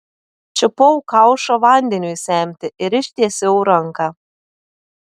čiupau kaušą vandeniui semti ir ištiesiau ranką